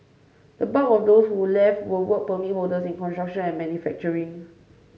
the bulk of those who left were Work Permit holders in construction and manufacturing